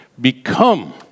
become